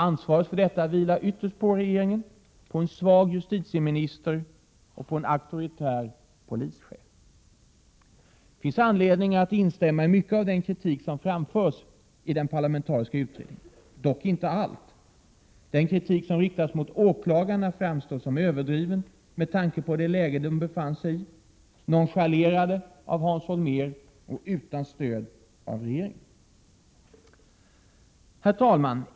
Ansvaret för detta vilar ytterst på regeringen, på en svag justitieminister och på en auktoritär polischef. Det finns anledning till att instämma i mycket av den kritik som framförts i den parlamentariska utredningen, dock inte i allt. Den kritik som riktas mot åklagarna framstår som överdriven med tanke på det läge som de befann sig i, nonchalerade av Hans Holmér och utan stöd från regeringen. Herr talman!